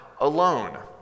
alone